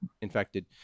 infected